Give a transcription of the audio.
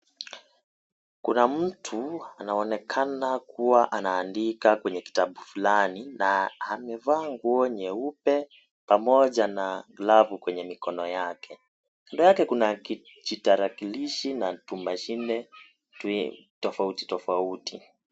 Kuna mtu anaonekana kuwa anaandika kwenye kitabu fulani na amevaa nguo nyeupe pamoja na glavu kwenye mikono yake, kandonkuna kijitarakilishi na tumashine tofauti tofauti.